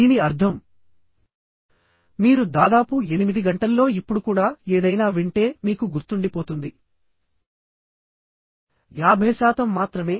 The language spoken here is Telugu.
దీని అర్థం మీరు దాదాపు 8 గంటల్లో ఇప్పుడు కూడా ఏదైనా వింటే మీకు గుర్తుండిపోతుంది 50 శాతం మాత్రమే